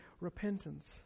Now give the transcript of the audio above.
repentance